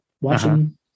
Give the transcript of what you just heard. watching